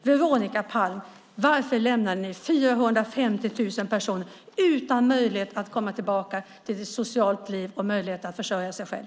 Veronica Palm, varför lämnade ni 450 000 utan möjlighet att komma tillbaka till ett socialt liv och möjlighet att försörja sig själv?